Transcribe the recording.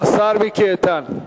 השר מיקי איתן.